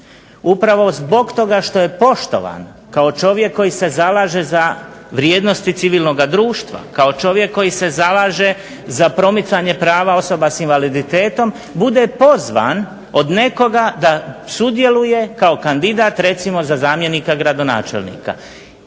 upravo zbog toga što je poštovan kao čovjek koji se zalaže za vrijednosti civilnog društva, kao čovjek koji se zalaže za promicanje prava osobe sa invaliditetom bude pozvan od nekoga da sudjeluje kao kandidat recimo zamjenika gradonačelnika.